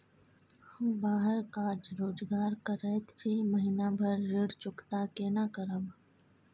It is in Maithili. हम बाहर काज रोजगार करैत छी, महीना भर ऋण चुकता केना करब?